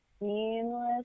seamless